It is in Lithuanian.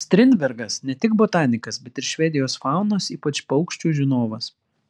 strindbergas ne tik botanikas bet ir švedijos faunos ypač paukščių žinovas